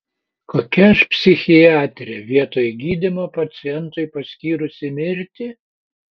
kokia aš psichiatrė vietoj gydymo pacientui paskyrusi mirtį